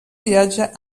viatge